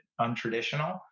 untraditional